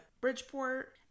Bridgeport